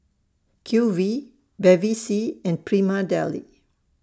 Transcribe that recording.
Q V Bevy C and Prima Deli